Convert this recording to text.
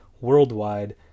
worldwide